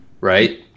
right